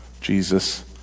Jesus